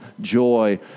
joy